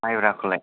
मायब्राखौलाय